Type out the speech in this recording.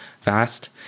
fast